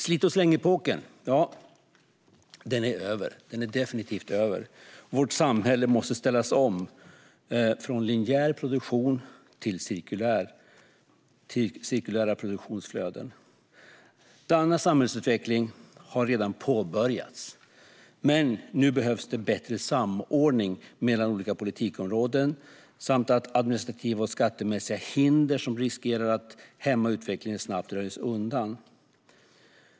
Slitoch-släng-epoken är definitivt över. Vårt samhälle måste ställas om från linjär produktion till cirkulära produktionsflöden. Denna samhällsutveckling har redan påbörjats, men nu behövs en bättre samordning mellan olika politikområden. Administrativa och skattemässiga hinder som riskerar att hämma utvecklingen måste snabbt röjas undan.